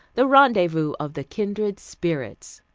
the rendezvous of the kindred spirits.